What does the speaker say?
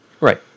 Right